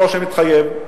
כמו שמתחייב.